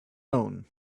own